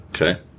Okay